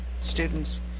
students